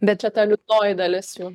bet čia ta liūdnoji dalis jų